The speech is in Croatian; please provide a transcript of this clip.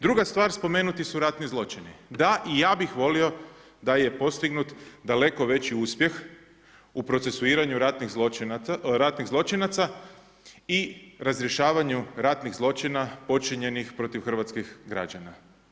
Druga stvar, spomenuti su ratni zločini, da i ja bih volio da je postignut daleko veći uspjeh u procesuiranju ratnih zločinaca i razrješavanju ratnih zločina počinjenih protiv hrvatskih građana.